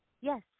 Yes